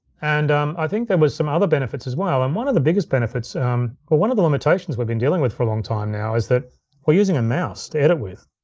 and um i think there was some other benefits as well. and one of the biggest benefits, well one of the limitations we've been dealing with for a long time now is that we're using a mouse to edit with.